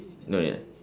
no need ah